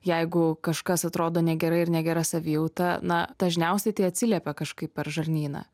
jeigu kažkas atrodo negerai ir negera savijauta na dažniausiai tai atsiliepia kažkaip per žarnyną